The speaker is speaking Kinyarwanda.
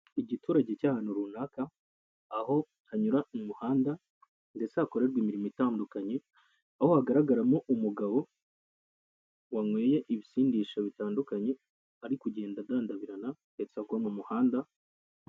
Igiturage cy'ahantu runaka, aho hanyura umuhanda ndetse hakorerwa imirimo itandukanye, aho hagaragaramo umugabo wanyweye ibisindisha bitandukanye, ari kugenda adandabirana ndetse agwa mu muhanda.